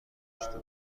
داشته